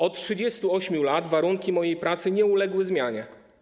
Od 38 lat warunki mojej pracy nie uległy zmianie.